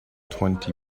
twenty